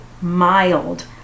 mild